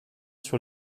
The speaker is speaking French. sur